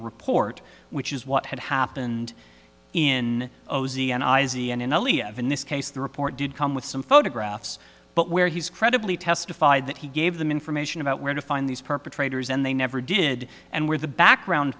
a report which is what had happened in this case the report did come with some photographs but where he's credibly testified that he gave them information about where to find these perpetrators and they never did and where the background